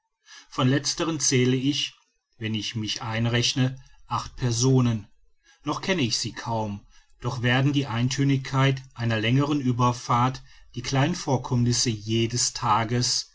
von letzteren zähle ich wenn ich mich einrechne acht personen noch kenne ich sie kaum doch werden die eintönigkeit einer längeren ueberfahrt die kleinen vorkommnisse jedes tages